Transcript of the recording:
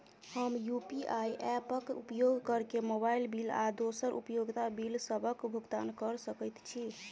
हम UPI app क उपयोग करके मोबाइल बिल आ दोसर उपयोगिता बिलसबक भुगतान कर सकइत छि